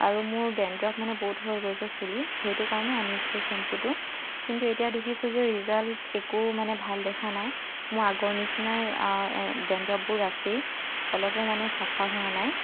আৰু মোৰ ডেণ্ডাৰ্ফ মানে বহুত হৈ গৈছে চুলিত সেইটো কাৰণে আনিছিলোঁ চেম্পুটো কিন্তু এতিয়া দেখিছো যে ৰিজাল্ট একো মানে ভাল দেখা নাই মোৰ আগৰ নিচিনাই ডেণ্ডাৰ্ফবোৰ আছেই অলপো মানে চফা হোৱা নাই